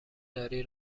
داری